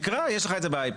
תקרא, יש לך את זה באייפד.